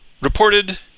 reported